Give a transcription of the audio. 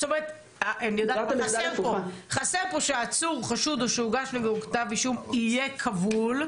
חסר כאן המשפט שאומר שהעצור חשוד או שהוגש נגדו כתב אישום יהיה כבול.